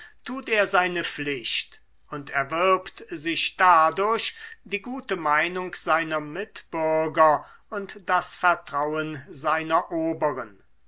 tut er seine pflicht und erwirbt sich dadurch die gute meinung seiner mitbürger und das vertrauen seiner oberen